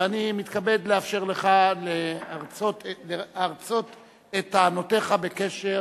אני מתכבד לאפשר לך להרצות את טענותיך בקשר